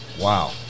Wow